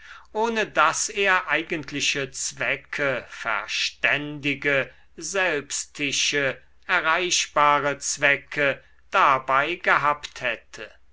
ohne daß er eigentliche zwecke verständige selbstische erreichbare zwecke dabei gehabt hätte